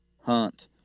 hunt